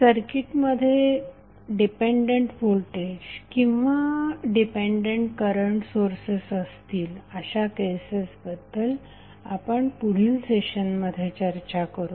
सर्किटमध्ये dependent voltage किंवा dependent current sources असतील अशा केसेसबद्दल आपण पुढील सेशनमध्ये चर्चा करू